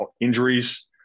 Injuries